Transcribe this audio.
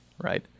right